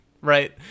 Right